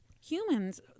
humans